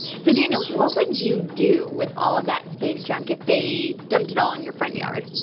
so daniel, what would you do with all of that space junk if they dumped it all on your front yard?